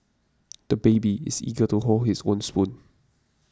the baby is eager to hold his own spoon